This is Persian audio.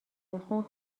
بخون